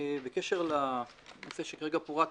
בקשר לנושא שכרגע פורט,